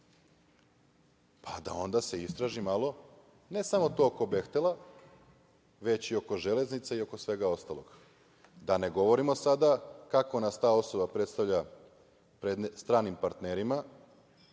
da se onda istraži malo ne samo to oko „Behtela“, već i oko „Železnice“ i oko svega ostalog, da ne govorimo sada kako nas ta osoba predstavlja pred stranim partnerima,